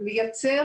הפרקטיקה לייצר